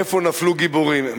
איפה נפלו גיבורים?